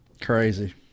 crazy